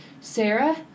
Sarah